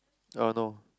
uh no